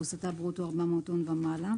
שתפוסתה ברוטו 400 טון ומעלה.